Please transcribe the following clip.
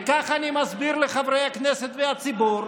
כך אני מסביר לחברי הכנסת ולציבור,